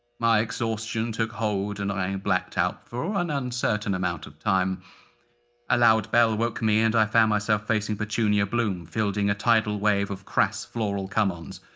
exhaustion took hold and i blacked out for an uncertain amount of time a loud bell woke me and i found myself facing petunia bloom, fielding a tidal wave of crass floral come-ons!